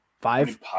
five